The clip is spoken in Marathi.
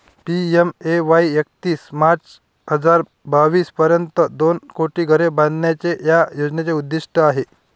पी.एम.ए.वाई एकतीस मार्च हजार बावीस पर्यंत दोन कोटी घरे बांधण्याचे या योजनेचे उद्दिष्ट आहे